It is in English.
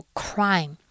crime